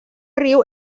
riu